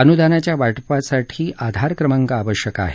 अनुदानाच्या वाटपासाठी आधार क्रमांक आवश्यक आहे